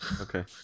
okay